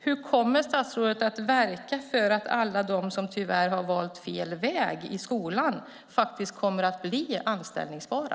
Hur kommer statsrådet att verka för att alla dem som tyvärr har valt fel väg i skolan kommer att bli anställningsbara?